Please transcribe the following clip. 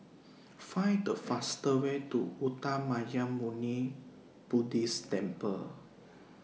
Find The faster Way to Uttamayanmuni Buddhist Temple